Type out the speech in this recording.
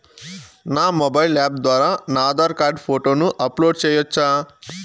నా mobile app ద్వారా నా ఆధార్ కార్డు ఫోటోను అప్లోడ్ సేయొచ్చా?